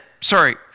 sorry